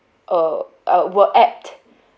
uh uh were apt